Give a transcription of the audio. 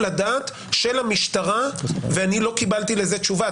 הדעת של המשטרה ואני לא קיבלתי לזה תשובה.